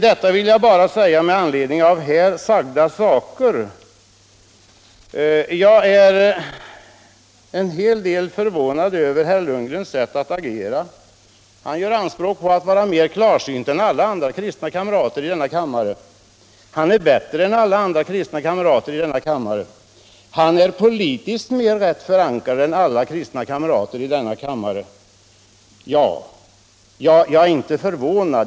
Jag vill tillägga att jag är ganska förvånad över herr Lundgrens sätt att agera. Han gör anspråk på att vara mera klarsynt än alla andra kristna kamrater i denna kammare, att vara bättre än alla andra kristna kamrater i denna kammare, att vara politiskt mera rätt förankrad än alla andra kristna kamrater i denna kammare.